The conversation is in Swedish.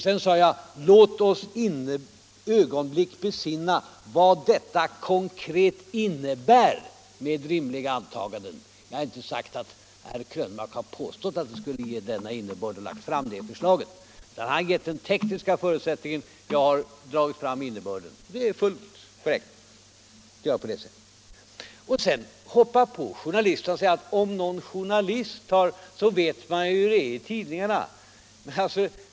Sedan sade jag: ”Låt oss ett ögonblick besinna vad detta konkret innebär med rimliga tekniska antaganden.” Jag har inte påstått att herr Krönmark sagt att detta förslag skulle ha denna innebörd. Han har angett den tekniska förutsättningen, jag har tagit fram innebörden. Det är fullt korrekt att göra på det sättet. Sedan hoppar herr Krönmark på journalisterna och säger att nog vet man hur det är i tidningarna.